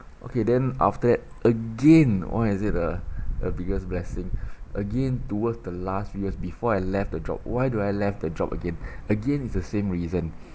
okay then after again why is it a a biggest blessing again towards the last few years before I left the job why do I left the job again again it's the same reason